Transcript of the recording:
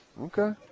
Okay